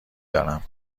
دارم